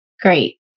Great